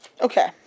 okay